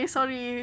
Sorry